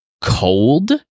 cold